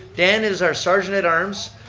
dan is our sergeant-in-arms.